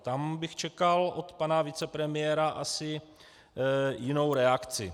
Tam bych čekal od pana vicepremiéra asi jinou reakci.